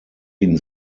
ihn